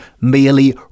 merely